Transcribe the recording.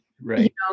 Right